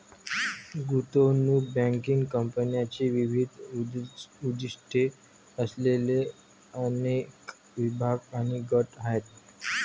गुंतवणूक बँकिंग कंपन्यांचे विविध उद्दीष्टे असलेले अनेक विभाग आणि गट आहेत